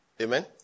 Amen